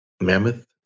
Mammoth